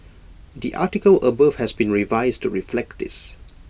the article above has been revised to reflect this